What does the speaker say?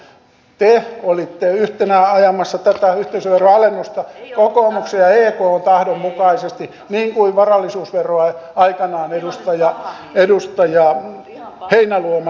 te olitte yhtenä ajamassa tätä yhteisöveron alennusta kokoomuksen ja ekn tahdon mukaisesti niin kuin varallisuusveroa aikanaan edustaja heinäluoma valtiovarainministerinä